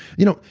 you know,